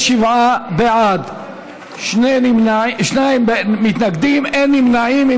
87 בעד, שני מתנגדים, אין נמנעים.